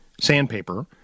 sandpaper